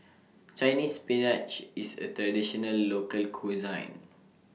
Chinese Spinach IS A Traditional Local Cuisine